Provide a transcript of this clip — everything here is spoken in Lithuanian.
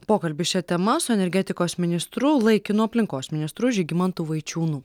pokalbis šia tema su energetikos ministru laikinu aplinkos ministru žygimantu vaičiūnu